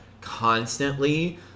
constantly